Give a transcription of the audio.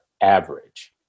average